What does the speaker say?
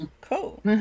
Cool